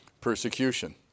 Persecution